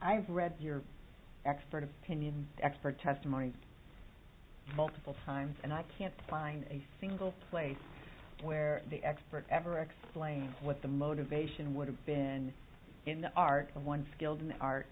i've read your expert opinion expert testimony multiple times and i can't find a single place where the expert ever explained what the motivation would have been in art one skilled in